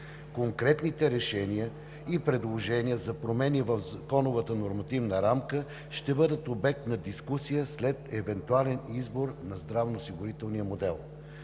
Конкретните решения и предложения за промени в законовата нормативна рамка ще бъдат обект на дискусия след евентуален избор на здравноосигурителния модел.